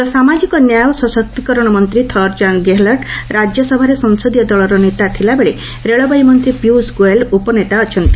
କେନ୍ଦ୍ର ସାମାଜିକ ନ୍ୟାୟ ଓ ସଶକ୍ତିକରଣ ମନ୍ତ୍ରୀ ଥଓ୍ୱରଚାନ୍ଦ ଗେହେଲଟ୍ ରାଜ୍ୟସଭାରେ ସଂସଦୀୟ ଦଳର ନେତା ଥିଲାବେଳେ ରେଳବାଇ ମନ୍ତ୍ରୀ ପୀୟୁଷ ଗୋୟଲ୍ ଉପନେତା ଅଛନ୍ତି